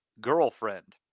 girlfriend